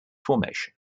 formation